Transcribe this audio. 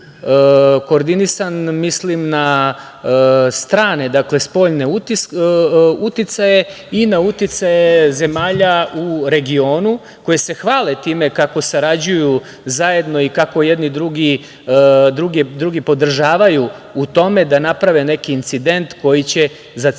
Koordinisan mislim na strane, dakle spoljne uticaje i na uticaje zemalja u regionu koje se hvale time kako sarađuju zajedno i kako jedni druge podržavaju u tome da naprave neki incident koji za cilj